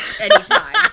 anytime